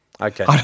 Okay